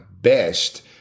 best